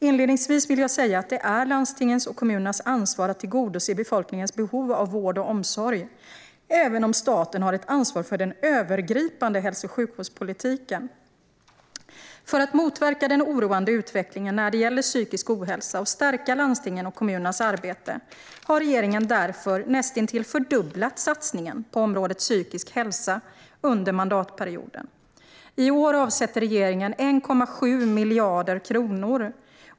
Inledningsvis vill jag säga att det är landstingens och kommunernas ansvar att tillgodose befolkningens behov av vård och omsorg, även om staten har ett ansvar för den övergripande hälso och sjukvårdspolitiken. För att motverka den oroande utvecklingen när det gäller psykisk ohälsa och stärka landstingens och kommunernas arbete har regeringen därför näst intill fördubblat satsningen på området psykisk hälsa under mandatperioden. I år avsätter regeringen 1,7 miljarder kronor.